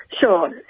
Sure